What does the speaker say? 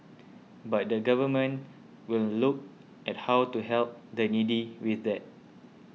but the Government will look at how to help the needy with that